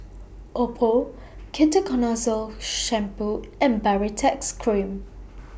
Oppo Ketoconazole Shampoo and Baritex Cream